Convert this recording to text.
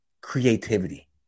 Creativity